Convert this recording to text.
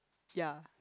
ya